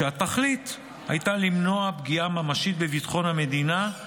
התכלית הייתה למנוע פגיעה ממשית של גוף